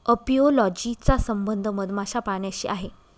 apiology चा संबंध मधमाशा पाळण्याशी आहे